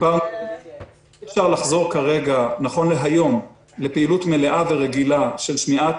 אי אפשר לחזור נכון להיום לפעילות מלאה ורגילה של שמיעת